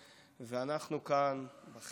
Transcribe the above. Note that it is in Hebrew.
ואנחנו כאן, בחלק הזה